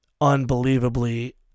unbelievably